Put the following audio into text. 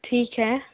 ठीक है